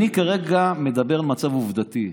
אני כרגע מדבר על מצב עובדתי.